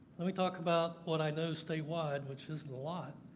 let me talk about what i know statewide, which isn't a lot.